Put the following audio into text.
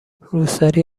روسری